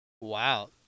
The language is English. Wow